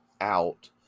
out